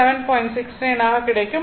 69 ஆக கிடைக்கும்